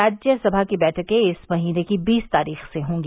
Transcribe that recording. राज्यसभा की बैठकें इस महीने की बीस तारीख से होंगी